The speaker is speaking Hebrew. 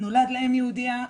נולד לאם יהודייה,